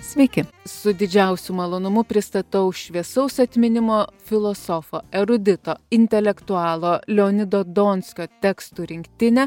sveiki su didžiausiu malonumu pristatau šviesaus atminimo filosofo erudito intelektualo leonido donskio tekstų rinktinę